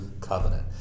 covenant